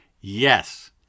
Yes